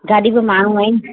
गाॾी बि माण्हू आहिनि